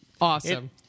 Awesome